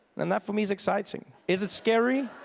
and that for me is exciting. is it scary?